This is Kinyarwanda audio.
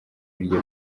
iryo